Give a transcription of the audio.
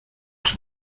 san